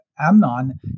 amnon